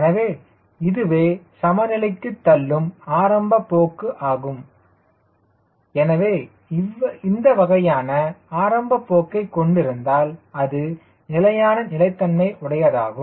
எனவே இதுவே சம நிலைக்கு தள்ளும் ஆரம்ப போக்கு ஆகும் எனவே இந்த வகையான ஆரம்ப போக்கை கொண்டிருந்தால் அது நிலையான நிலைத்தன்மை உடையதாகும்